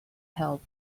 help